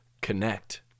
Connect